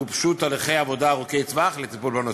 גובשו תהליכי עבודה ארוכי-טווח לטיפול בנושא.